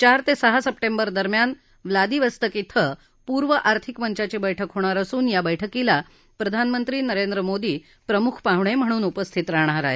चार ते सहा सप्टेंबरदरम्यान व्लादिवस्तक क्रिं पूर्व आर्थिक मंचाची बैठक होणार असून या बैठकीला प्रधानमंत्री नरेंद्र मोदी प्रमुख पाहुणे म्हणून उपस्थित राहणार आहेत